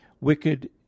wicked